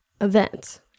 event